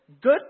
good